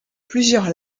plusieurs